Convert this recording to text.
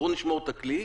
בואו נשמור את הכלי.